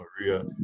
Maria